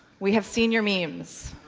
we have senior memes,